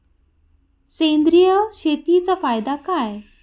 सेंद्रिय शेतीचा फायदा काय?